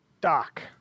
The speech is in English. Doc